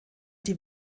die